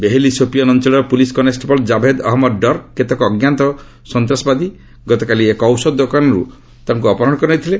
ବେହିଲ୍ ସୋପିଆନ୍ ଅଞ୍ଚଳର police constable Javed Ahmad ଡର୍କ୍ଟୁ କେତେକ ଅଜ୍ଞାତ ସନ୍ତାସବାଦୀ ଗତକାଲି ଏକ ଔଷଧ ଦୋକାନରୁ ଅପହରଣ କରି ନେଇଥିଲେ